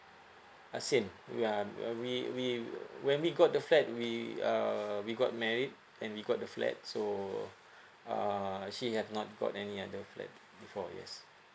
uh same uh we we when we got the flat we uh we got married and we got the flat so uh she have not got any other flat before yes